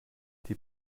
die